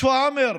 שפרעם,